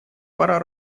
пора